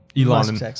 Elon